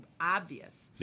obvious